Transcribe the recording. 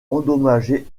endommagé